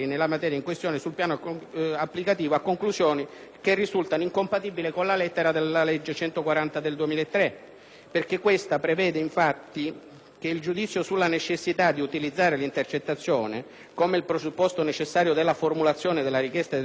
che risultano incompatibili con la lettera della stessa legge n. 140 del 2003. Questa, infatti, prevede il giudizio sulla necessità di utilizzare l'intercettazione come presupposto necessario della formulazione della richiesta di autorizzazione alla Camera competente